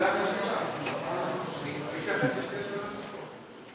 שיתייחס לשתי השאלות הנוספות.